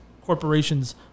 corporations